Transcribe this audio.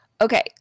Okay